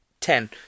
Ten